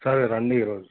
సరే రండి ఈ రోజు